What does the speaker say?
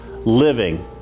living